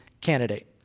candidate